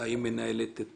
אולי היא מנהלת את